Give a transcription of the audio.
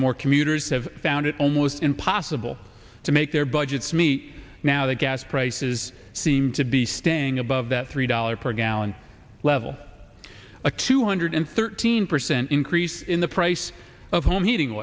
and more commuters have found it almost impossible to make their budgets me now the gas prices seem to be staying above that three dollars per gallon level a two hundred thirteen percent increase in the price of home heating